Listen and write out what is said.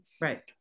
right